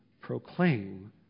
proclaim